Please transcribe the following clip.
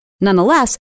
Nonetheless